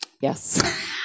yes